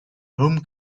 home